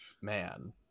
man